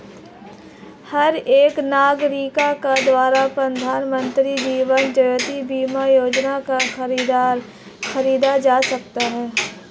हर एक नागरिक के द्वारा प्रधानमन्त्री जीवन ज्योति बीमा योजना को खरीदा जा सकता है